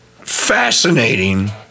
fascinating